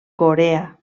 corea